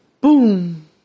boom